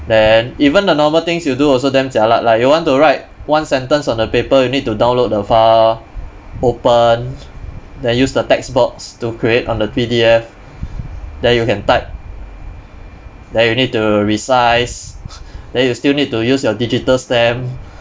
then even the normal things you do also damn jialat like you want to write one sentence on the paper you need to download the file open then use the text box to create on the P_D_F then you can type then you need to resize then you still need to use your digital stamp